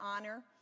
honor